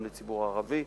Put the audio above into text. גם לציבור הערבי,